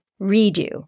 redo